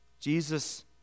Jesus